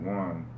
one